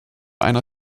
einer